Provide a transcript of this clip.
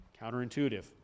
Counterintuitive